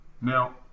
now